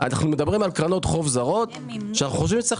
אנחנו מדברים על קרנות חוב זרות שאנחנו חושבים שצריך